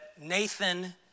Nathan